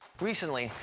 recently,